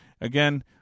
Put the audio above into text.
Again